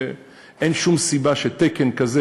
שאין שום סיבה שתקן כזה,